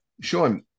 sean